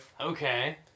Okay